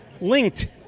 linked